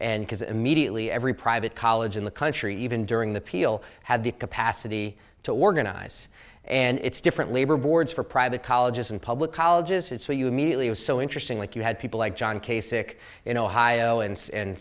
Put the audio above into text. and because immediately every private college in the country even during the peel had the capacity to organize and it's different labor boards for private colleges and public colleges it's where you immediately was so interesting like you had people like john k sick in ohio and